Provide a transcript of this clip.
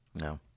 No